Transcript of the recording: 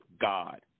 God